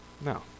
No